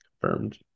confirmed